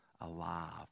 alive